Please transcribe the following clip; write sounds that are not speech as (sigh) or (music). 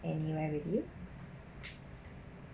anywhere with you (noise)